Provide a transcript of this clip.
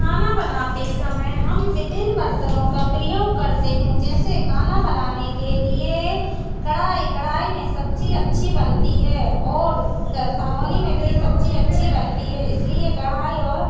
खाना बनाते समय हम विभिन्न बर्तनों का प्रयोग करते हैं जैसे खाना बनाने के लिए कड़ाही कड़ाही में सब्जी अच्छी बनती है और ग भगौनी में भी सब्जी अच्छी बनती है इसलिए कड़ाही और